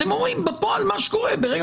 אתם אומרים שמה שקורה בפועל זה שברגע